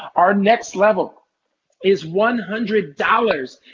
our next level is one hundred dollars.